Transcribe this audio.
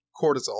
cortisol